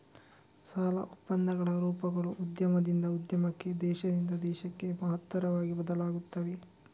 ಸಾಲ ಒಪ್ಪಂದಗಳ ರೂಪಗಳು ಉದ್ಯಮದಿಂದ ಉದ್ಯಮಕ್ಕೆ, ದೇಶದಿಂದ ದೇಶಕ್ಕೆ ಮಹತ್ತರವಾಗಿ ಬದಲಾಗುತ್ತವೆ